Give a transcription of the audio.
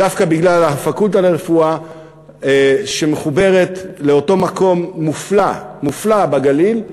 דווקא בגלל הפקולטה לרפואה שמחוברת לאותו מקום מופלא בגליל,